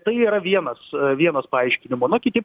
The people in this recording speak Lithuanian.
tai yra vienas vienas paaiškinimo na kiti